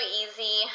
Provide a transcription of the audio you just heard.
easy